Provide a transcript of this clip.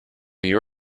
you